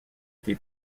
été